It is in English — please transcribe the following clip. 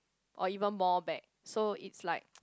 or even more back so it's like